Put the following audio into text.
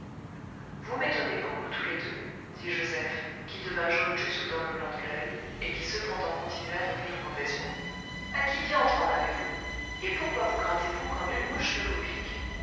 vous m'étonnez beaucoup tous les deux dit joseph qui devint jaune jusque dans le blanc de l'oeil et qui cependant continua de rire mauvaisement à qui diantre en avez-vous et pourquoi vous grattez vous quand nulle mouche ne vous pique